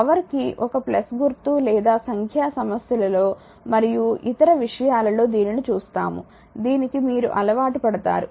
power కి ఒక గుర్తు లేదా సంఖ్యా సమస్యలలో మరియు ఇతర విషయాలలో దీనిని చూస్తాము దీనికి మీరు అలవాటు పడతారు